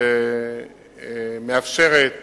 שמאפשרת